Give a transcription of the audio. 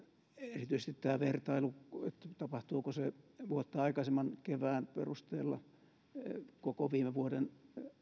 erityisesti tämä vertailu tapahtuuko se vuotta aikaisemman kevään perusteella koko viime vuoden